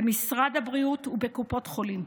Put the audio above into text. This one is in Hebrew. במשרד הבריאות ובקופות החולים.